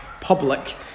public